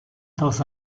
dans